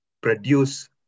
produce